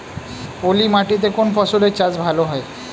পলি মাটিতে কোন ফসলের চাষ ভালো হয়?